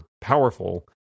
powerful